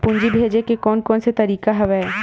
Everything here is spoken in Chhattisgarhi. पूंजी भेजे के कोन कोन से तरीका हवय?